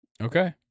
Okay